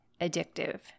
addictive